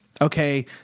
Okay